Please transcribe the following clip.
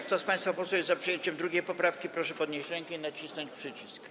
Kto z państwa posłów jest za przyjęciem 2. poprawki, proszę podnieść rękę i nacisnąć przycisk.